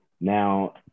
Now